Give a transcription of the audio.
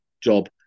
job